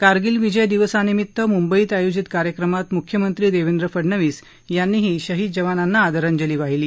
कारगिल विजय दिवसानिमित्त मुंबईत आयोजित कार्यक्रमात मुख्यमंत्री देवेंद्र फडनवीस यांनी शहीद जवानांना आदरांजली वाहिली